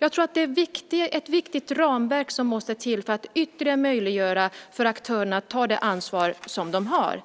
Det måste till ett riktigt ramverk för att ytterligare möjliggöra för aktörerna att ta det ansvar de har.